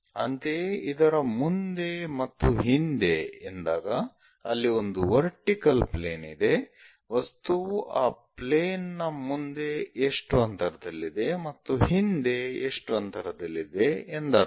ಅಂತೆಯೇ ಇದರ ಮುಂದೆ ಮತ್ತು ಹಿಂದೆ ಎಂದಾಗ ಅಲ್ಲಿ ಒಂದು ವರ್ಟಿಕಲ್ ಪ್ಲೇನ್ ಇದೆ ವಸ್ತುವು ಆ ಪ್ಲೇನ್ ನ ಮುಂದೆ ಎಷ್ಟು ಅಂತರದಲ್ಲಿದೆ ಮತ್ತು ಹಿಂದೆ ಎಷ್ಟು ಅಂತರದಲ್ಲಿದೆ ಎಂದರ್ಥ